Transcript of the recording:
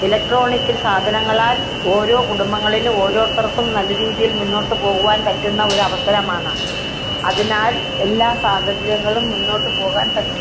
electronic സാധനങ്ങളാൽ ഓരോ കുടുംബങ്ങളിൽ ഓരോരുത്തർക്കും നല്ല രീതിയിൽ മുന്നോട്ട് പോകുവാൻ പറ്റുന്ന ഒരവസരമാണ് അതിനാൽ എല്ലാ സാഹചര്യങ്ങളും മുന്നോട്ട് പോകാൻ പറ്റും